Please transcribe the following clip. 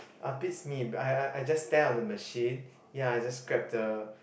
ah beats me but I I I just stand on the machine ya and just grab the